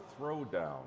throwdown